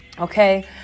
Okay